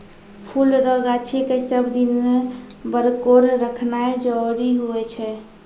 फुल रो गाछी के सब दिन बरकोर रखनाय जरूरी हुवै छै